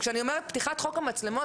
כשאני אומרת "פתיחת חוק המצלמות",